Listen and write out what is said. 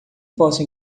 posso